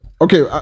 okay